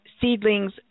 seedlings